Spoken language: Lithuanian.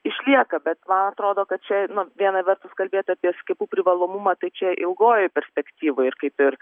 išlieka bet man atrodo kad čia na viena vertus kalbėt apie skiepų privalomumą tai čia ilgojoj perspektyvoj ir kaip ir